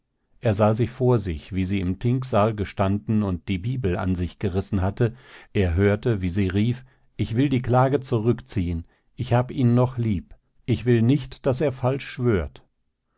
er sah sie vor sich wie sie im thingsaal gestanden und die bibel an sich gerissen hatte er hörte wie sie rief ich will die klage zurückziehen ich hab ihn noch lieb ich will nicht daß er falsch schwört